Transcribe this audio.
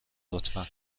لطفا